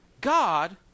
God